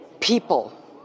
people